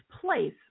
place